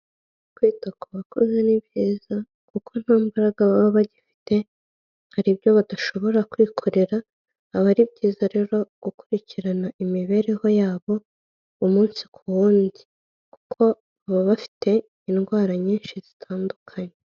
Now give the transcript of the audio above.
Kwita ku bakozi ni byiza, kuko nta mbaraga baba bagifite, hari ibyo badashobora kwikorera, aba ari byiza rero gukurikirana imibereho yabo umunsi ku wundi, kuko baba bafite indwara nyinshi zitandukanye.